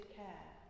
care